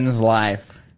life